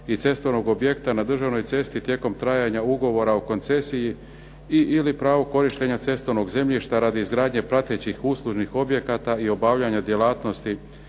i cestovnog objekta na državnoj cesti tijekom trajanja ugovora o koncesiji ili prava korištenja cestovnog zemljišta radi izgradnje pratećih uslužnih objekata i obavljanja djelatnosti,